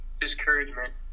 discouragement